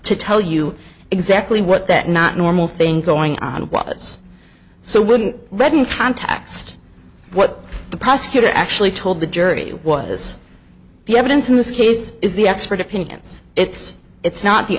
to tell you exactly what that not normal thing going on was so wouldn't read in context what the prosecutor actually told the jury was the evidence in this case is the expert opinions it's it's not the